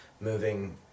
moving